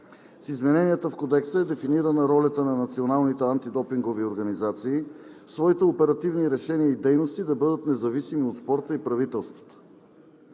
С измененията в Кодекса е дефинирана ролята на националните антидопингови организации – в своите оперативни решения и дейности да бъдат независими от спорта и правителствата.